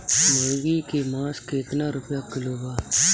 मुर्गी के मांस केतना रुपया किलो बा?